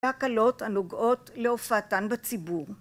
והקלות הנוגעות להופעתן בציבור